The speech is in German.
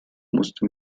musste